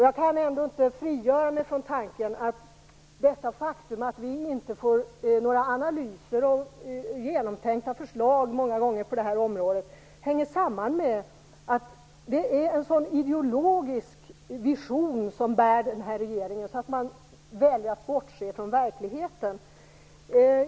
Jag kan inte frigöra mig från tanken att detta faktum att vi inte får några analyser och genomtänkta förslag på det här området hänger samman med att det är en ideologisk vision som bär den här regeringen och att man därför väljer att bortse från verkligheten.